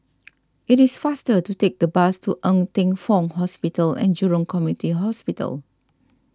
it is faster to take the bus to Ng Teng Fong Hospital and Jurong Community Hospital